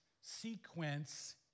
sequence